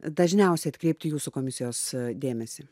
dažniausiai atkreipti jūsų komisijos dėmesį